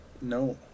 no